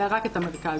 היה רק את המרכז".